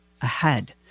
ahead